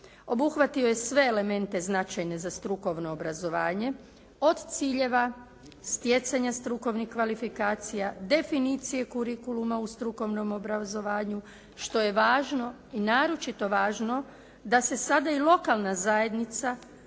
Obuhvatio je sve elemente značajne za strukovno obrazovanje od ciljeva, stjecanja strukovnih kvalifikacija, definicije «curriculuma» u strukovnom obrazovanju što je važno i naročito važno da se sada i lokalna zajednica i